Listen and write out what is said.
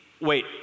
wait